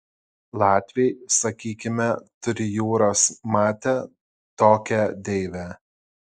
latviai sakykime turi jūras mate tokią deivę